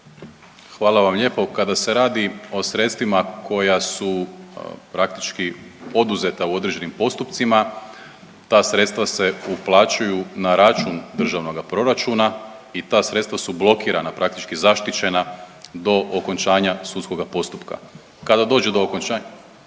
Hvala vam lijepo. Kada se radi o sredstvima koja su praktički oduzeta u određenim postupcima ta sredstva se uplaćuju na račun državnoga proračuna i ta sredstva su blokirana praktički zaštićena do okončanja sudskoga postupka. Kada dođe do okončanja,